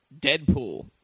Deadpool